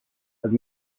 have